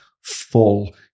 full